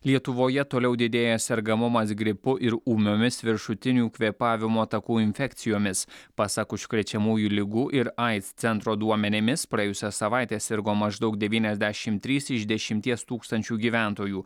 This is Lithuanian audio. lietuvoje toliau didėja sergamumas gripu ir ūmiomis viršutinių kvėpavimo takų infekcijomis pasak užkrečiamųjų ligų ir aids centro duomenimis praėjusią savaitę sirgo maždaug devyniasdešim trys iš dešimties tūkstančių gyventojų